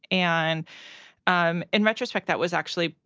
and um in retrospect, that was actually,